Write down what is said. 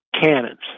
cannons